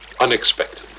unexpected